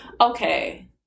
Okay